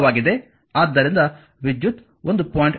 ಆದ್ದರಿಂದ ವಿದ್ಯುತ್ 1